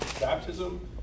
baptism